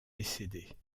décédée